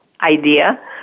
idea